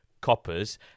coppers